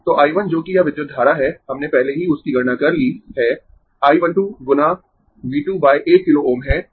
तो I 1 जो कि यह विद्युत धारा है हमने पहले ही उसकी गणना कर ली है I 1 2 गुना V 2 1 किलो Ω है